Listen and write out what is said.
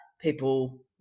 people